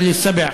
תל-שבע,